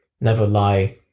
never-lie